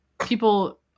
people